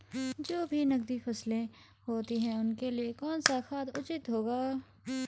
जो भी नकदी फसलें होती हैं उनके लिए कौन सा खाद उचित होगा?